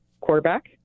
quarterback